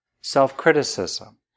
self-criticism